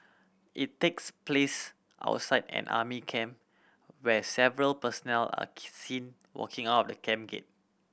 it takes place outside an army camp where several personnel are seen walking out of the camp gate